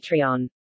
Patreon